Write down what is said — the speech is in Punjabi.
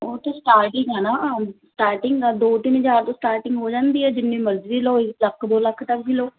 ਉਹ ਤਾਂ ਸਟਾਰਟਿੰਗ ਹੈ ਨਾ ਸਟਾਰਟਿੰਗ ਆ ਦੋ ਤਿੰਨ ਚਾਰ ਤੋਂ ਸਟਾਰਟਿੰਗ ਹੋ ਜਾਂਦੀ ਹੈ ਜਿੰਨੀ ਮਰਜ਼ੀ ਲਓ ਇੱ ਲੱਖ ਦੋ ਲੱਖ ਤੱਕ ਵੀ ਲਓ